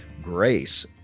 grace